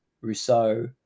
Rousseau